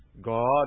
God